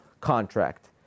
contract